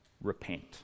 repent